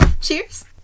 Cheers